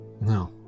no